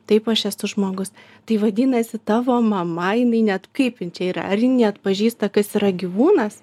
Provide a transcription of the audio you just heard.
taip aš esu žmogus tai vadinasi tavo mama jinai net kaip jin čia yra jin neatpažįsta kas yra gyvūnas